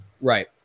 Right